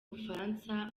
bufaransa